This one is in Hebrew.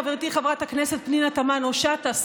חברתי חברת הכנסת פנינה תמנו שטה,